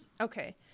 Okay